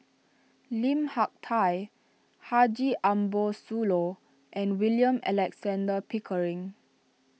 Lim Hak Tai Haji Ambo Sooloh and William Alexander Pickering